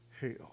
hell